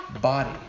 body